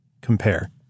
compare